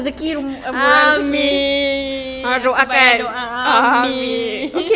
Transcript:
ah doa ah banyak doa ah okay [pe] orang